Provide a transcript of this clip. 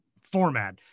format